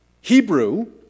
Hebrew